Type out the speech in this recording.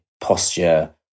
posture